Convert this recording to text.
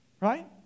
Right